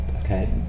okay